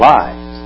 lives